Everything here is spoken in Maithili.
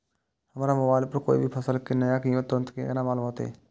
हमरा मोबाइल पर कोई भी फसल के नया कीमत तुरंत केना मालूम होते?